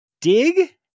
Dig